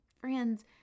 Friends